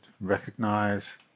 recognize